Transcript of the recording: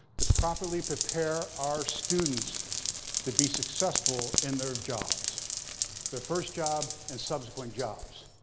to properly prepare our students to be successful in their jobs their first job and subsequent jobs.